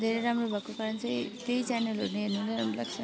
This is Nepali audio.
धेरै राम्रो भएको कारण चाहिँ त्यही च्यानलहरू हेर्नु नै राम्रो लाग्छ